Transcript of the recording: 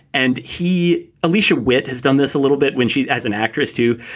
and he alicia witt has done this a little bit when she as an actress, too,